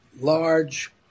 large